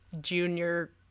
junior